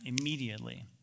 immediately